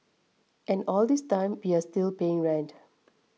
and all this time we are still paying rent